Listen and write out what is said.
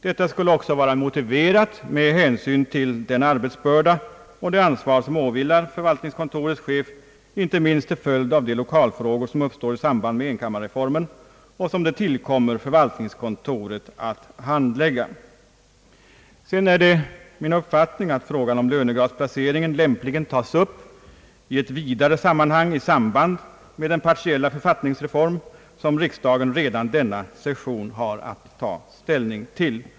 Detta skulle också vara motiverat med hänsyn till den arbetsbörda och det ansvar, som åvilar förvaltningskontorets chef, inte minst till följd av de lokalfrågor som uppstår i samband med enkammarreformen och som det tillkommer förvaltningskontoret att handlägga. Sedan är det min uppfattning att frågan om Jlönegradsplaceringen lämpligen skall tas upp i ett vidare sammanhang, i samband med den partiella författningsreform som riksdagen redan denna session har att ta ställning till.